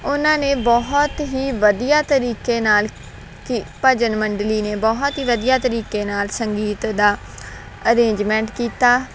ਉਹਨਾਂ ਨੇ ਬਹੁਤ ਹੀ ਵਧੀਆ ਤਰੀਕੇ ਨਾਲ ਕਿ ਭਜਨ ਮੰਡਲੀ ਨੇ ਬਹੁਤ ਹੀ ਵਧੀਆ ਤਰੀਕੇ ਨਾਲ ਸੰਗੀਤ ਦਾ ਅਰੇਂਜਮੈਂਟ ਕੀਤਾ